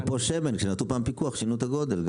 אפרופו שמן, כשנתנו פעם פיקוח שינו את הגודל.